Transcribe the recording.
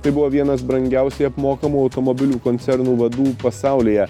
tai buvo vienas brangiausiai apmokamų automobilių koncernų vadų pasaulyje